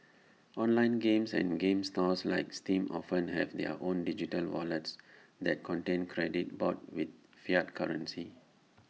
online games and game stores like steam often have their own digital wallets that contain credit bought with fiat currency